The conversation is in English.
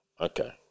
Okay